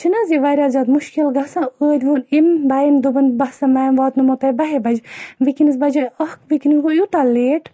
چھُ نہ حظ یہِ واریاہ زیادٕ مُشکِل گَژھان ٲدۍ ووٚن أمۍ بَیَن دۄپُن بہٕ ہَسا میم واتناوو تۄہہِ بَہہِ بَجہِ وِنکیٚنَس بجے اکھ وِنکیٚنَس گوٚو یوٗتاہ لیٹ